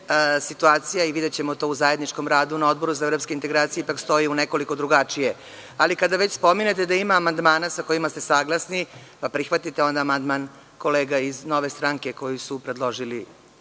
videćemo to u zajedničkom radu na Odboru za evropske integracije, ipak stoji u nekoliko drugačije. Kada već pominjete da ima amandmana sa kojima ste saglasni, pa prihvatite onda amandman kolega iz Nove stranke, koji su predloži